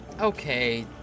Okay